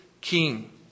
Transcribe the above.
King